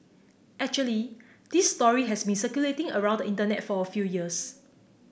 actually this story has been circulating around the Internet for a few years